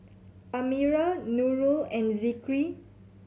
Amirah Nurul and Zikri